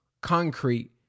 concrete